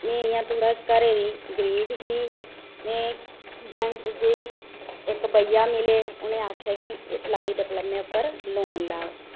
में इं'या थोह्ड़ा घरै दी गरीब ही में बैंक गेई इक्क भैया मिले उ'नें आक्खेआ कि इस सिलाई डिप्लोमा उप्पर लोन लैओ